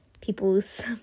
people's